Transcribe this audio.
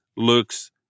Looks